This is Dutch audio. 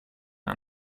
aan